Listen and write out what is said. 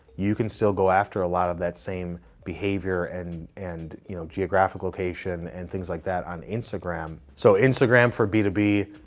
you can still go after a lot of that same behavior and and you know geographic location and things like that one um instagram. so instagram for b two b,